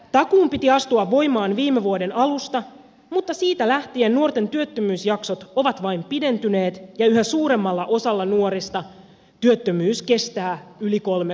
takuun piti astua voimaan viime vuoden alusta mutta siitä lähtien nuorten työttömyysjaksot ovat vain pidentyneet ja yhä suuremmalla osalla nuorista työttömyys kestää yli kolme kuukautta